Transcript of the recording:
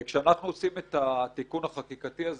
כשאנחנו עושים את התיקון החקיקתי הזה,